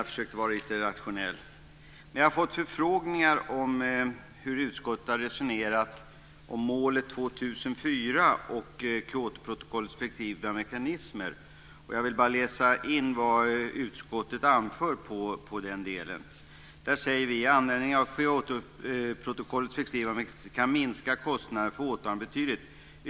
Fru talman! Jag har fått förfrågningar om hur utskottet har resonerat om målet 2004 och Kyotoprotokollets flexibla mekanismer. Jag vill bara läsa upp vad utskottet anför i den delen: Användningen av Kyotoprotokollets flexibla mekanismer kan minska kostnaderna för åtaganden betydligt.